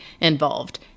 involved